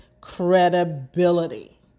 credibility